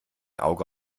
auge